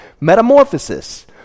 metamorphosis